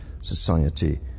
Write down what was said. society